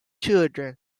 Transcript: children